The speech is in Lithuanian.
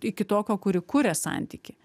iki tokio kuri kuria santykį